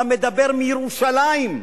אתה מדבר מירושלים,